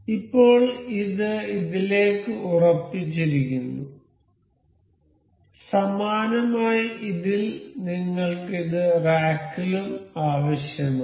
ഇപ്പോൾ ഇത് ഇതിലേക്ക് ഉറപ്പിച്ചിരിക്കുന്നു സമാനമായി ഇതിൽ നിങ്ങൾക്ക് ഇത് റാക്കിലും ആവശ്യമാണ്